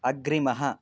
अग्रिमः